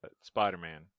Spider-Man